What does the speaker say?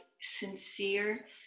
sincere